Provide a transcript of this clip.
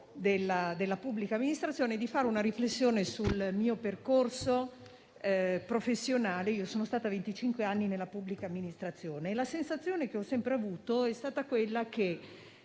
della pubblica amministrazione, consentitemi di fare una riflessione sul mio percorso professionale. Io sono stata venticinque anni nella pubblica amministrazione. La sensazione che ho sempre avuto è stata che